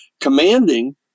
commanding